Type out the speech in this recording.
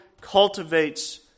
cultivates